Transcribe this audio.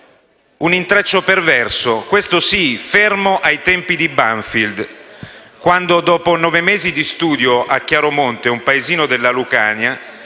un intreccio perverso, questo sì fermo ai tempi di Banfield, quando, dopo nove mesi di studio a Chiaromonte, un paesino della Lucania,